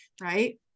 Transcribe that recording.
right